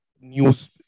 news